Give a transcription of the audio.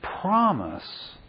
promise